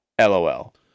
LOL